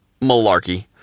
malarkey